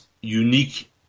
unique